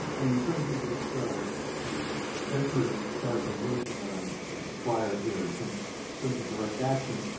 and in terms of this kind of adventurous characterization that i'm acquired here in terms terms of direct action,